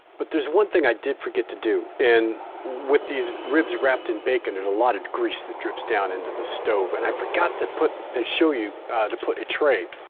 but there's one thing i did forget to do and with these ribs wrapped in bacon there's a lot of grease that drips down into the stove and i forgot to show you to put a tray.